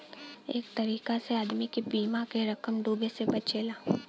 एक तरीका से आदमी के बीमा क रकम डूबे से बचला